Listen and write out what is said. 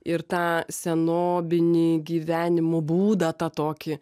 ir tą senovinį gyvenimo būdą tą tokį